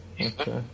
okay